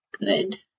Good